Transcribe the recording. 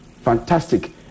fantastic